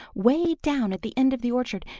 way down at the end of the orchard,